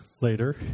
later